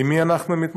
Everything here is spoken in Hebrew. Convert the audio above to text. עם מי אנחנו מתמודדים.